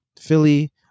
Philly